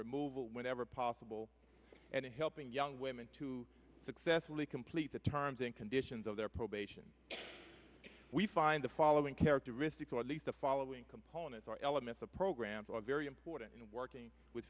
removal whenever possible and helping young women to successfully complete the terms and conditions of their probation we find the following characteristics or at least the following components or elements of programs are very important in working with